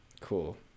cool